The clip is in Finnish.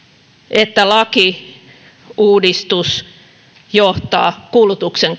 että lakiuudistus johtaa kulutuksen